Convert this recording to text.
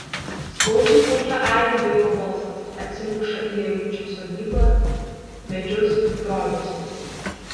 skaudžiai lauke aidi vaiko balsas atsimuša į ajučio sodybą medžius trobesius